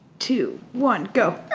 two, one go